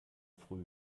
früh